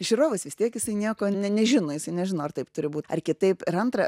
žiūrovas vis tiek jisai nieko ne nežino jisai nežino ar taip turi būt ar kitaip ir antra